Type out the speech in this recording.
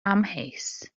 amheus